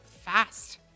Fast